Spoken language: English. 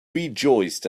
rejoiced